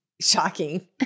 Shocking